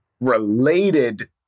related